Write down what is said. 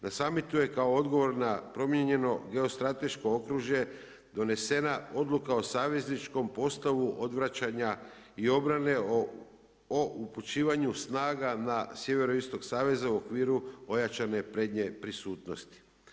Na summitu je kao odgovor na promijenjeno geostrateško okružje donesena Odluka o savezničkom postavu odvraćanja i obrane o upućivanju snaga na sjeveroistok saveza u okviru ojačane prednje prisutnosti.